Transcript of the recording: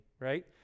right